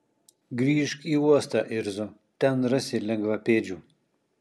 grįžk į uostą irzo ten rasi lengvapėdžių